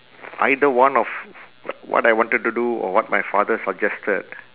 either one of w~ what I wanted to do or what my father suggested